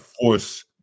force